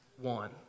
one